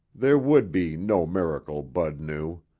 there would be no miracle, bud knew.